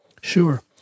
Sure